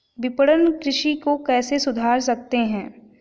विपणन कृषि को कैसे सुधार सकते हैं?